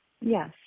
Yes